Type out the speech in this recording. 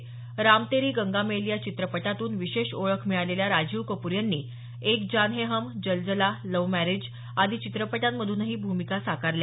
राम तेरी गंगा मैली या चित्रपटातून विशेष ओळख मिळालेल्या राजीव कपूर यांनी एक जान है हम जलजला लव्ह मॅरेज आदी चित्रपटांमधूनही भूमिका साकारल्या